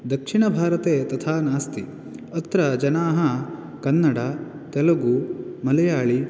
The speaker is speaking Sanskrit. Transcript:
दक्षिणभारते तथा नस्ति अत्र जनाः कन्नड तेलगु मलयाळि